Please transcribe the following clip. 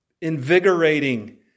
invigorating